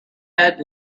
head